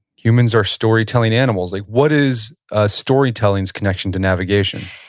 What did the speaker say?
humans are storytelling animals. like what is ah storytelling's connection to navigation?